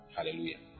Hallelujah